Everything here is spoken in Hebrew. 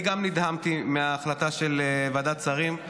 גם אני נדהמתי מההחלטה של ועדת השרים.